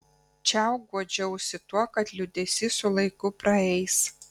čiau guodžiausi tuo kad liūdesys su laiku praeis